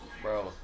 Bro